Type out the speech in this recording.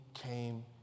came